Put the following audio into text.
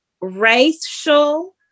racial